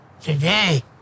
today